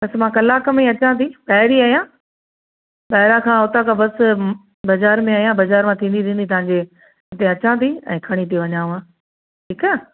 बसि मां कलाक में ई अचां थी ॿाहिरि ई आहियां ॿाहिरां खां उतां खां बसि बज़ार में आहियां बज़ार मां थींदी थींदी तव्हांजे उते अचां थी ऐं खणी थी वञांव ठीकु आहे